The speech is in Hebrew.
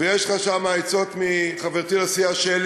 ויש לך שם עצות מחברתי לסיעה שלי